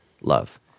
love